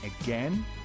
again